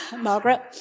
Margaret